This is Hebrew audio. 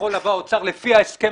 לפי ההסכם